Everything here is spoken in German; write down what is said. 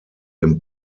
dem